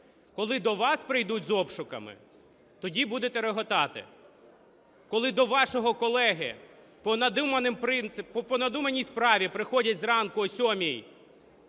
Коли до вас прийдуть з обшуками, тоді будете реготати. Коли до вашого колеги по надуманій справі приходять зранку о сьомій